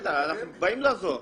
אנחנו באים לעזור.